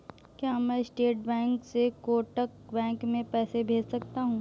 क्या मैं state bank से कोटक बैंक में पैसे भेज सकता हूँ?